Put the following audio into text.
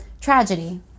Tragedy